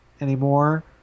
anymore